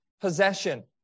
possession